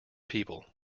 people